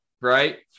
right